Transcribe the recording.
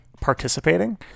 participating